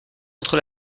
entre